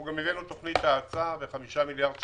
אנחנו הבאנו תכנית האצה של חמישה מיליארד שקלים,